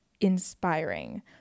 inspiring